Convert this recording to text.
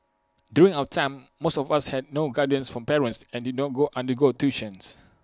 during our time most of us had no guidance from parents and did not undergo tuition